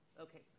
Okay